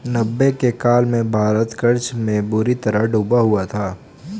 नब्बे के काल में भारत कर्ज में बुरी तरह डूबा हुआ था